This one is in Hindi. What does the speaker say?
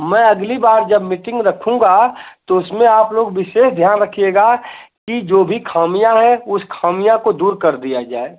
मैं अगली बार जब मिटिंग रखूँगा तो उसमें आप लोग विशेष ध्यान रखिएगा कि जो भी खामियाँ हैं उस खामियाँ को दूर कर दिया जाए